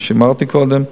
מה שאמרתי קודם.